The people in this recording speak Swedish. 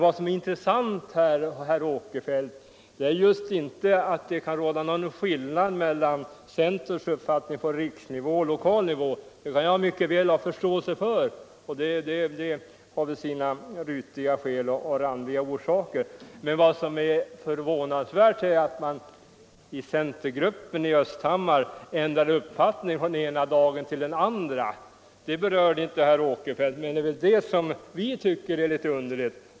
Vad som är intressant här, herr Åkerfeldt, är inte att det kan råda en viss skillnad mellan centerns uppfattning på riksnivå och på lokalnivå; det kan jag mycket väl ha förståelse för, och det har kanske sina rutiga skäl och randiga orsaker. Vad som är förvånansvärt är att man i centergruppen i Östhammar ändrade uppfattning från den ena dagen till den andra. Det berörde inte herr Åkerfeldt, men det är det vi tycker är litet underligt.